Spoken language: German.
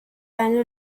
eine